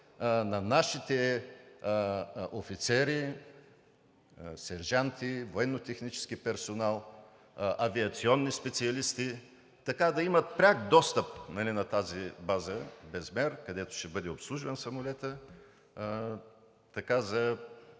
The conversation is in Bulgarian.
на нашите офицери, сержанти, военнотехнически персонал, авиационни специалисти да имат пряк достъп на тази база Безмер, където ще бъде обслужван самолетът, за